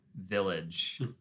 village